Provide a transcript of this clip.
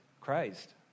Christ